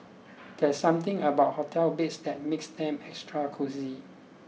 there's something about hotel beds that makes them extra cosy